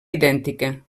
idèntica